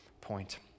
point